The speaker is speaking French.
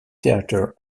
theatre